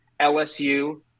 LSU